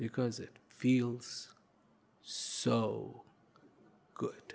because it feels so good